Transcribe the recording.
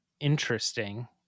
interesting